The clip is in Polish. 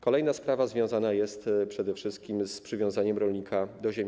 Kolejna sprawa związana jest przede wszystkim z przywiązaniem rolnika do ziemi.